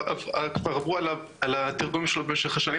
כבר עברו על התרגומים שלו במשך השנים